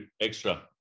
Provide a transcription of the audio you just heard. extra